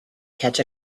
catch